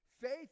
faith